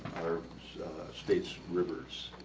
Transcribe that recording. our state's rivers